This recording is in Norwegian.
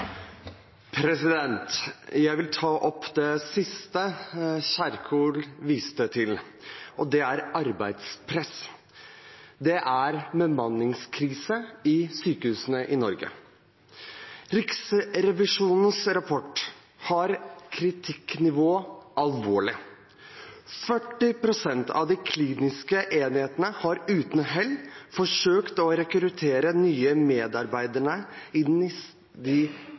oppfølgingsspørsmål. Jeg vil ta opp det siste representanten Kjerkol viste til, og det er arbeidspress. Det er bemanningskrise i sykehusene i Norge. Riksrevisjonens rapport setter kritikknivået til «alvorlig». 40 pst. av de kliniske enhetene har uten hell forsøkt å rekruttere nye medarbeidere de